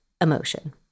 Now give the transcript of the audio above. emotion